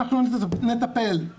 אנחנו נטפל.